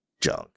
junk